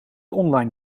online